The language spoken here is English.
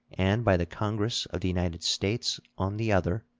and by the congress of the united states on the other.